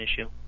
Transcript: issue